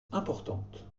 importante